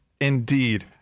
indeed